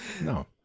No